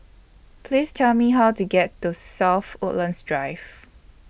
Please Tell Me How to get to South Woodlands Drive